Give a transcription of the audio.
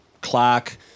Clark